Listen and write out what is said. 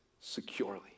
securely